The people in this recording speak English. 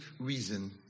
reason